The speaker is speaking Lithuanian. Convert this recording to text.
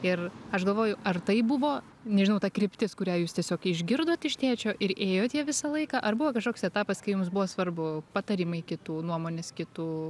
ir aš galvoju ar tai buvo nežinau ta kryptis kurią jūs tiesiog išgirdot iš tėčio ir ėjot ja visą laiką ar buvo kažkoks etapas kai jums buvo svarbu patarimai kitų nuomonės kitų